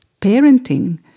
parenting